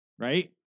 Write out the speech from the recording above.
right